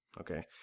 okay